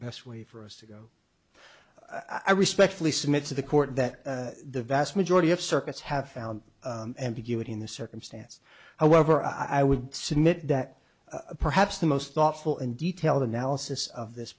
best way for us to go i respectfully submit to the court that the vast majority of circuits have found ambiguity in this circumstance however i would submit that perhaps the most thoughtful and detailed analysis of this